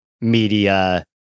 media